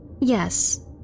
Yes